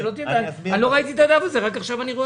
אני לא ראיתי את הדף הזה, רק עכשיו אני רואה אותו.